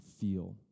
feel